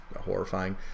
horrifying